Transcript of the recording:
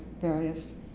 various